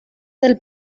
del